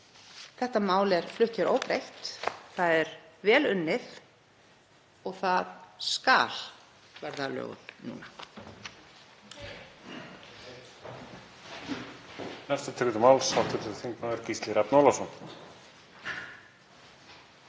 Þetta mál er flutt hér óbreytt. Það er vel unnið og það skal verða að lögum núna.